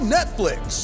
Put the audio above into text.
Netflix